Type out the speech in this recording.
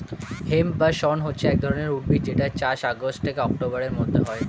hemp বা শণ হচ্ছে এক ধরণের উদ্ভিদ যেটার চাষ আগস্ট থেকে অক্টোবরের মধ্যে হয়